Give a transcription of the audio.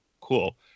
cool